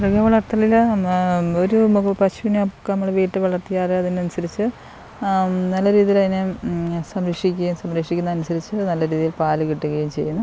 മൃഗവളർത്തലില് ഒരു നമുക്ക് പശുവിനെ ഒക്കെ നമ്മള് വീട്ടിൽ വളർത്തിയാല് അതിന് അനുസരിച്ച് നല്ല രീതിയിൽ അതിനെ സംരക്ഷിക്കുകയും സംരക്ഷിക്കുന്നതിന് അനുസരിച്ച് നല്ല രീതിയിൽ പാല് കിട്ടുകയും ചെയ്യുന്നു